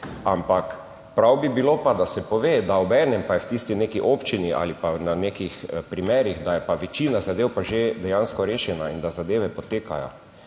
ampak prav bi bilo pa, da se pove, da obenem pa je v tisti neki občini ali pa na nekih primerih, da je pa večina zadev pa že dejansko rešena, in da zadeve potekajo